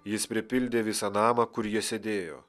jis pripildė visą namą kur jie sėdėjo